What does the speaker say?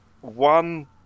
one